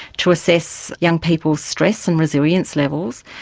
to assess young people's stress and resilience levels.